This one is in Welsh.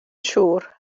siŵr